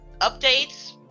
updates